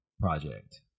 project